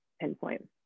pinpoint